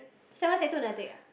sec one sec two never take ah